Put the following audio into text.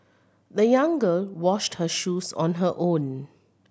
the young girl washed her shoes on her own